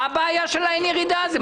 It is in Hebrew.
מה הבעיה של ה"אין ירידה" הזה?